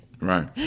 Right